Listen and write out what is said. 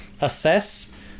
assess